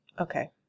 Okay